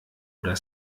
oder